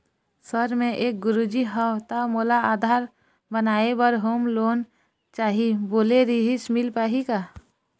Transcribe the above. Sir मे एक गुरुजी हंव ता मोला आधार बनाए बर होम लोन चाही बोले रीहिस मील पाही का?